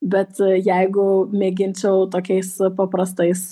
bet jeigu mėginčiau tokiais paprastais